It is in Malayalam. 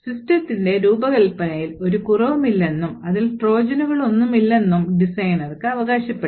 സിസ്റ്റത്തിന്റെ രൂപകൽപ്പനയിൽ ഒരു കുറവുമില്ലെന്നും അതിൽ ട്രോജനുകളൊന്നുമില്ലെന്നും ഡിസൈനർക്ക് അവകാശപ്പെടാം